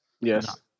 Yes